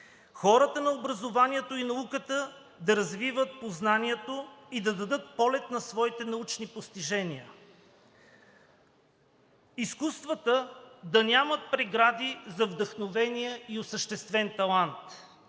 Хората на образованието и науката да развиват познанието и да дадат полет на своите научни постижения. Изкуствата да нямат прегради за вдъхновения и осъществен талант.